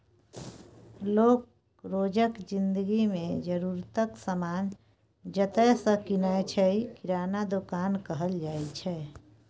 लोक रोजक जिनगी मे जरुरतक समान जतय सँ कीनय छै किराना दोकान कहल जाइ छै